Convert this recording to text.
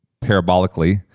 parabolically